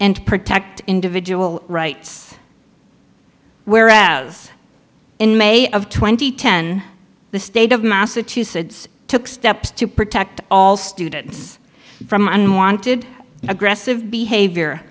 and protect individual rights whereas in may of twenty ten the state of massachusetts took steps to protect all students from unwanted aggressive behavior